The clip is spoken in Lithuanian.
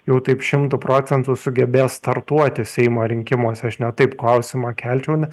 jau taip šimtu procentų sugebės startuoti seimo rinkimuose aš ne taip klausimą kelčiau nes